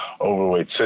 overweight